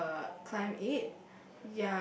uh climb it